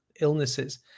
illnesses